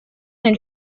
nel